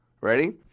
ready